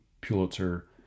Pulitzer